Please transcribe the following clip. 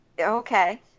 Okay